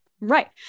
right